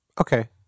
Okay